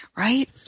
Right